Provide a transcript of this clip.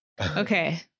Okay